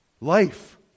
Life